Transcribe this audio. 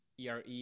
ere